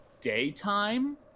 daytime